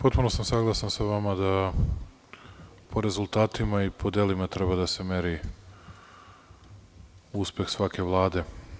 Potpuno sam saglasan sa vama da po rezultatima i po delima treba da se meri uspeh svake vlade.